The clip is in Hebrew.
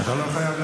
כמה הוא משלם?